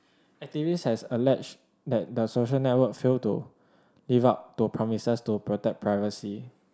activists has alleged that the social network failed to live up to promises to protect privacy